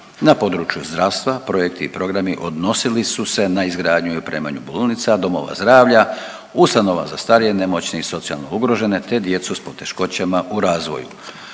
Na području zdravstva projekti i programi odnosili su se na izgradnju i opremanju bolnica, domova zdravlja, ustanova za starije, nemoćne i socijalno ugrožene te djecu s poteškoćama u razvoju.